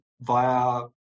via